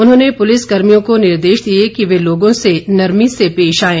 उन्होंने पुलिस कर्मियों को निर्देश दिए कि वह लोगों से नरमी से पेश आएं